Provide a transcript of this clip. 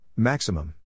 Maximum